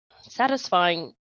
satisfying